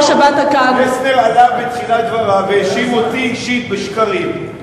פלסנר עלה ובתחילת דבריו האשים אותי אישית בשקרים.